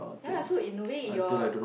ya lah so in a way your